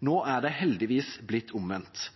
Nå er det heldigvis blitt omvendt.